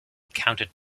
counted